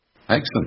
Excellent